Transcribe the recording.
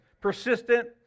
persistent